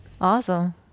Awesome